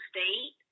State